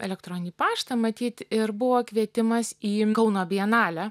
elektroninį paštą matyt ir buvo kvietimas į kauno bienalę